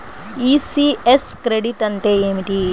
ECS credit అంటే ఏమిటి?